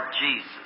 Jesus